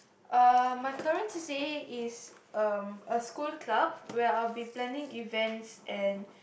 uh my current c_c_a is um a school club where I will be planning events and